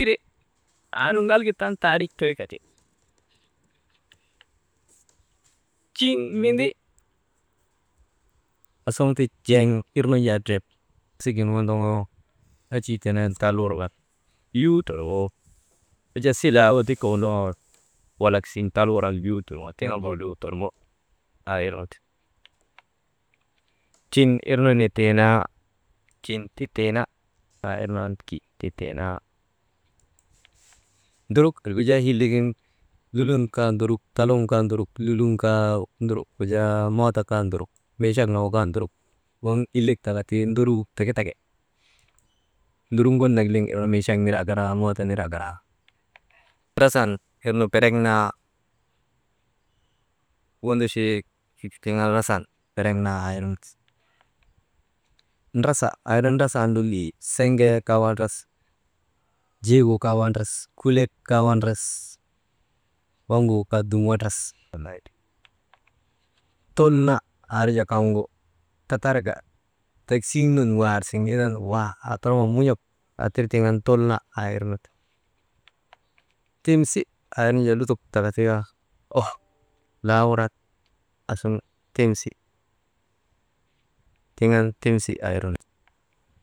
« Hesitation» aa suŋti jeŋ irnu jaa ndrep wasigin wondoŋoo enjii tenen tal wurŋan yuu turŋoo wujaa silaa wasigin wondoŋoo walak siŋen tal wurŋan yuu tur ŋoo tiŋ an woluu torŋo aa irnu ti, tiŋ irnu nittiinaa, tittiina aa irnu an kin tittiina nduruk irgu jaa hillek gin lulun kaa nduruk talun kaa nduruk lulun kaa wujaa, mooto kaa nduruk, minchak nagu kaa nduruk, waŋ hillek taka ti nduruu teke teke, nduruk ŋun nak lin irnu minchak ner akaraa mooto ner akaraa, rasan irnu berek naa wondochee tiŋ an rasan berek naa aa irnu ti, ndrasa aa irnu ndrasan lolii seŋee kaa wandras, jik gu kaa wandras kulek kaa wandras, waŋgu kaa dum wandras ann naa ti, tulna aa irnu jaa kaŋgu tatarka tek siŋ nun war siŋ indan wa aa torŋoo mun̰ok aa tir tiŋ andaka tulna aa irnu ti, timsi aa irnu jaa lutok taka tika, wo laa wuran timsi, tiŋ an timsi aa irnu ti.